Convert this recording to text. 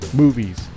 movies